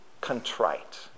contrite